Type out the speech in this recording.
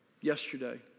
yesterday